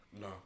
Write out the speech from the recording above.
no